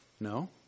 No